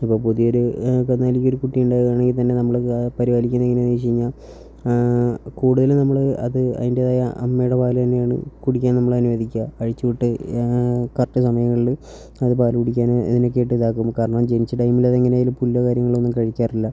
ഇപ്പോൾ പുതിയൊരു കന്നുകാലിക്കൊരു കുട്ടി ഉണ്ടാവുകയാണെങ്കിൽത്തന്നെ നമ്മൾ പരിപാലിക്കുന്ന എങ്ങനെയാണെന്ന് വച്ചു കഴിഞ്ഞാൽ കൂടുതലും നമ്മൾ അത് അതിൻ്റേതായ അമ്മയുടെ പാൽ തന്നെയാണ് കുടിക്കാൻ നമ്മൾ അനുവദിക്കുക അഴിച്ചുവിട്ട് കറക്റ്റ് സമയങ്ങളിൽ അത് പാലു കുടിക്കാനും ഇതിനൊക്കെ ആയിട്ട് ഇതാക്കും കാരണം ജനച്ച ടൈമിൽ അത് എങ്ങനെയായാലും പുല്ലോ കാര്യങ്ങളൊന്നും കഴിക്കാറില്ല